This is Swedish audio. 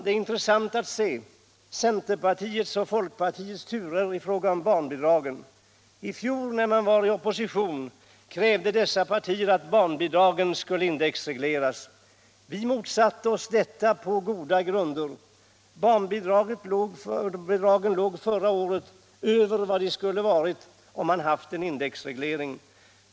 Det är intressant att se centerpartiets och folkpartiets turer i fråga om barnbidragen. I fjol när man var i opposition krävde dessa partier att barnbidragen skulle indexregleras. Vi motsatte oss detta på goda grunder. Barnbidragen låg förra året över vad de skulle ha varit om man haft en indexreglering.